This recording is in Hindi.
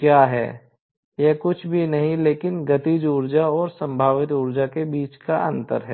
क्या है यह कुछ भी नहीं है लेकिन गतिज ऊर्जा और संभावित ऊर्जा के बीच का अंतर है